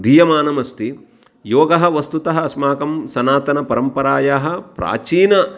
दीयमानमस्ति योगः वस्तुतः अस्माकं सनातनपरम्परायाः प्राचीना